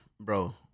bro